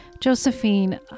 Josephine